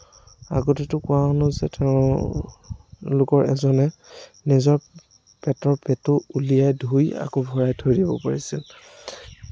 আগতেটো কোৱা শুনোঁ যে তেওঁলোকৰ এজনে নিজৰ পেটৰ পেটু ওলিয়াই ধুই আকৌ ভৰাই থৈ দিব পাৰিছিল